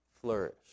flourish